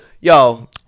Yo